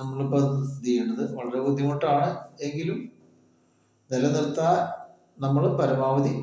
നമ്മൾ ഇപ്പോൾ സ്ഥിതി ചെയ്യുന്നത് വളരെ ബുദ്ധിമുട്ടാണ് എങ്കിലും നിലനിർത്താൻ നമ്മൾ പരമാവധി